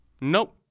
Nope